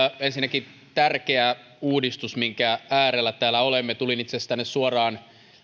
ensinnäkin tärkeä uudistus minkä äärellä täällä olemme tulin itse asiassa tänne suoraan